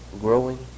Growing